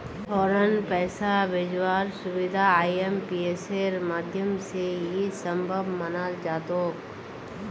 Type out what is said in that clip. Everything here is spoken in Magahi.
फौरन पैसा भेजवार सुबिधा आईएमपीएसेर माध्यम से ही सम्भब मनाल जातोक